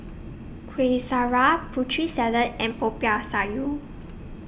Kuih Syara Putri Salad and Popiah Sayur